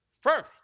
first